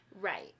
Right